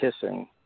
kissing